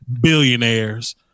Billionaires